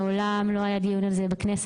מעולם לא היה דיון על זה בכנסת,